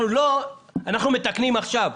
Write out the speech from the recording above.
אנחנו מתקנים עכשיו: